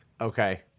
Okay